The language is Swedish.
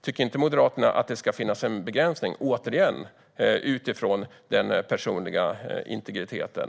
Tycker inte Moderaterna att det ska finnas en begränsning, återigen utifrån den personliga integriteten?